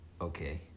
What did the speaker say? Okay